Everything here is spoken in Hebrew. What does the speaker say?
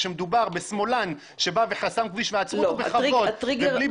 כאשר מדובר בשמאלן שבא וחסם כביש ועצרו אותו בלי ברוטליות,